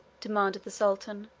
demanded the sultan.